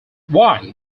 why